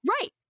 Right